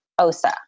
Osa